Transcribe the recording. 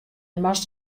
moast